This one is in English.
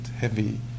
heavy